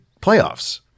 playoffs